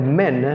men